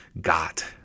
got